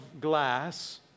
glass